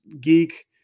geek